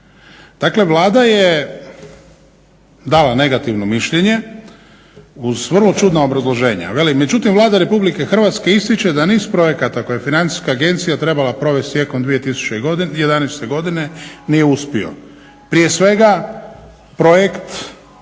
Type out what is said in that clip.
Dakle, Vlada je dala negativno mišljenje uz vrlo čudno obrazloženje. Veli, međutim Vlada Republike Hrvatske ističe da niz projekata koje je FINA trebala provesti tijekom 2011. godine nije uspio. Prije svega projekt